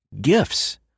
Gifts